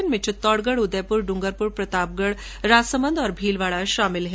इनमें चित्तौड़गढ़ उदयपुर डूंगरपुर प्रतापगढ राजसमन्द और भीलवाड़ा शामिल है